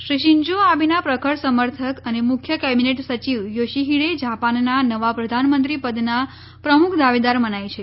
Shri Shinzo આબેના પ્રખર સમર્થક અને મુખ્ય કેબિનેટ સચિવ યોશીહિડે જાપાનના નવા પ્રધાનમંત્રી પદના પ્રમુખ દાવેદાર મનાય છે